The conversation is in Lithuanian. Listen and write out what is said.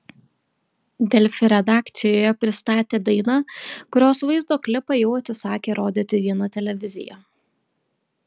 delfi redakcijoje pristatė dainą kurios vaizdo klipą jau atsisakė rodyti viena televizija